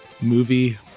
movie